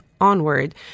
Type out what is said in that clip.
onward